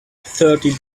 thirty